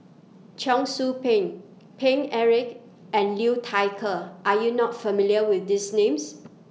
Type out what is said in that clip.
Cheong Soo Pieng Paine Eric and Liu Thai Ker Are YOU not familiar with These Names